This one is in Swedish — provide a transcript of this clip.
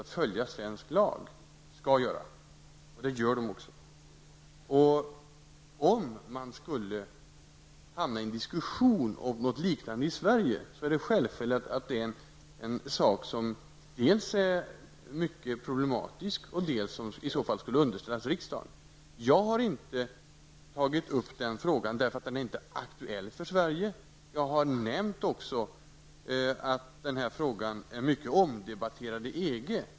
Det skall den göra och det gör den också. Om man hamnar i en diskussion om huruvida något liknande bör gälla i Sverige, är det självklart att det är en mycket problematisk fråga som skulle underställas riksdagen. Jag har inte tagit upp denna fråga, eftersom den inte är aktuell för Sverige. Jag har också nämnt att denna fråga är mycket omdebatterad i EG.